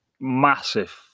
massive